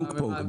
פינג פונג.